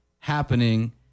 happening